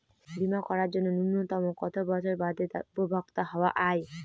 বীমা করার জন্য ন্যুনতম কত বছর বাদে তার উপভোক্তা হওয়া য়ায়?